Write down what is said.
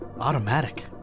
Automatic